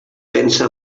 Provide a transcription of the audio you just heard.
pensa